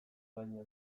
baino